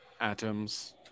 atoms